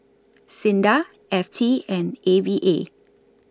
SINDA F T and A V A